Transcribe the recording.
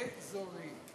אֵזורי.